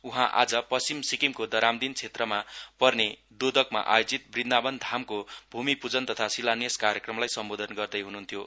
उहाँ आज पश्चिम सिक्किमको दरामदिन क्षेत्रमा पर्ने दोदकमा आयोजित वृन्धावन धामको भूमिपूजन तथा शिलान्यास कार्यक्रमलाई सम्बोधन गर्दे हुनुहुन्थ्यो